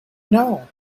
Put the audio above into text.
know